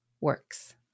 works